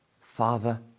Father